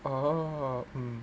oo